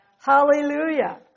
Hallelujah